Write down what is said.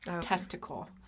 testicle